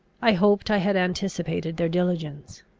i hoped i had anticipated their diligence.